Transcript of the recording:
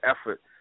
effort